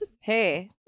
Hey